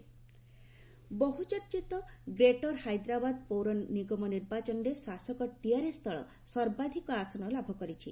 GHMC polling ବହୁ ଚର୍ଚ୍ଚିତ greater Hyderabad ପୌର ନିଗମ ନିର୍ବାଚନରେ ଶାସକ ଟିଆର୍ଏସ୍ ଦଳ ସର୍ବାଧକ ଆସନ ଲାଭ କରିଛି